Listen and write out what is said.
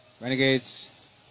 Renegades